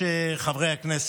אדוני היושב-ראש, חברי הכנסת,